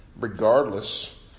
regardless